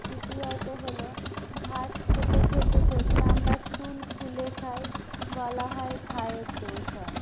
তৃতীয়ত হল ভাত খেতে খেতে যদি আমরা চুল খুলে খাই বলা হয় ভাইয়ের দোষ হয়